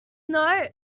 note